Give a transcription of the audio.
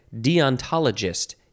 deontologist